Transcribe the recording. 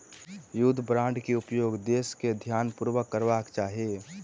युद्ध बांड के उपयोग देस के ध्यानपूर्वक करबाक चाही